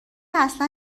اصلا